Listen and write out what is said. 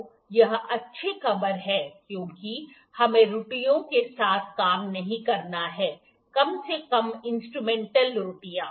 तो यह अच्छी खबर है क्योंकि हमें त्रुटियों के साथ काम नहीं करना है कम से कम इंस्ट्रुमेंटल त्रुटियाँ